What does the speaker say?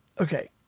Okay